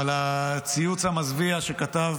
אבל הציוץ המזוויע שכתב